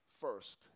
first